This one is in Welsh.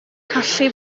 colli